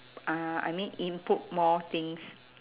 uh I mean input more things